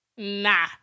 Nah